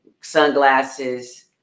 sunglasses